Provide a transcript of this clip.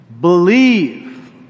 Believe